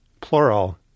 plural